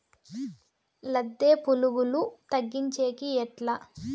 లద్దె పులుగులు తగ్గించేకి ఎట్లా?